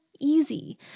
easy